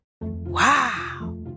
Wow